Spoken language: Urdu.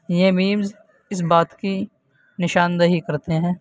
یہ میمز اس بات کی نشان دہی کرتے ہیں